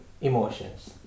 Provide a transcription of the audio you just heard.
emotions